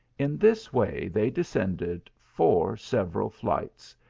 in this way they descended four several flights,